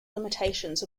limitations